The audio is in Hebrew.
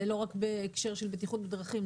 זה לא רק בהקשר לבטיחות בדרכים,